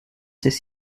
ces